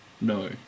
No